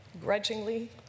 grudgingly